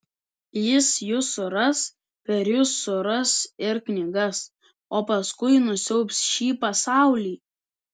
jis jus suras per jus suras ir knygas o paskui nusiaubs šį pasaulį